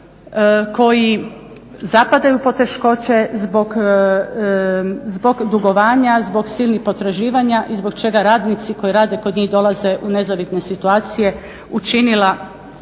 koji zapadaju u poteškoće zbog dugovanja, zbog silnih potraživanja i zbog čega radnici koji rade kod njih dolaze u nezavidne situacije učinila